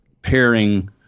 pairing